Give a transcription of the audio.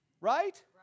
Right